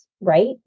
right